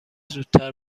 زودتر